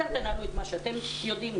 אתם תנהלו את מה שאתם יודעים,